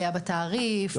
מהעלייה בתעריף,